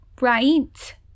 Right